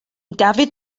dafydd